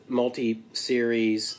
multi-series